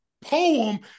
poem